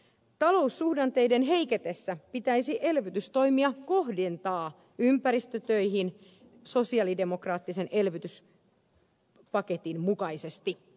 taloussuhdanteiden heiketessä pitäisi elvytystoimia kohdentaa ympäristötöihin sosialidemokraattisen elvytyspaketin mukaisesti